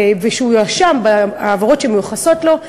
והוא יואשם בעבירות שמיוחסות לו,